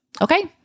okay